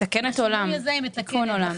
היא מתקנת עולם, תיקון עולם.